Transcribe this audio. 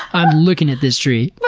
i'm looking at this tree.